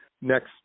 next